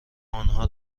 آنها